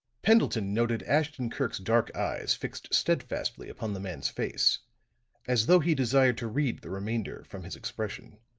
pendleton noted ashton-kirk's dark eyes fixed steadfastly upon the man's face as though he desired to read the remainder from his expression.